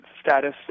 status